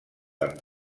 amb